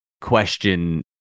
question